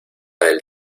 del